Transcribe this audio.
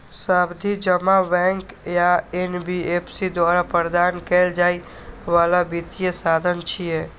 सावधि जमा बैंक या एन.बी.एफ.सी द्वारा प्रदान कैल जाइ बला वित्तीय साधन छियै